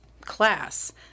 class